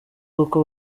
koko